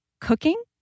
cooking